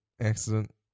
accident